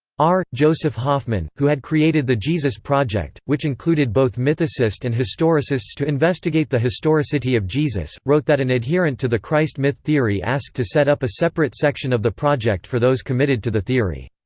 r. joseph hoffmann, who had created the jesus project, which included both mythicists and historicists to investigate the historicity of jesus, wrote that an adherent to the christ myth theory asked to set up a separate section of the project for those committed to the theory.